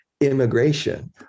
immigration